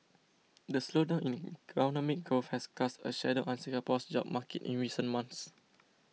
the slowdown in economic growth has cast a shadow on Singapore's job market in recent months